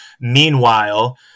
Meanwhile